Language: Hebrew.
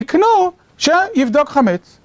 תקנו שיבדוק חמץ